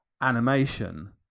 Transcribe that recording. animation